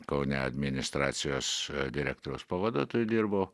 kaune administracijos direktoriaus pavaduotoju dirbau